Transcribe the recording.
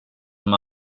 som